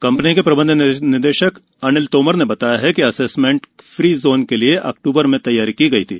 company के प्रबंध निदेशक अमित तोमर ने बताया कि असेस्मेंट फ्री जोन के लिए अक्टूबर में तैयारी की गई थी